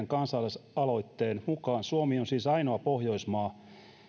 kansalaisaloitteen mukaan suomi on ainoa pohjoismaa